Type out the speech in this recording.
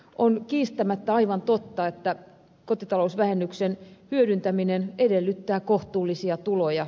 on kiistämättä aivan totta että kotitalousvähennyksen hyödyntäminen edellyttää kohtuullisia tuloja